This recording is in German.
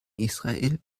israel